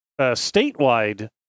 statewide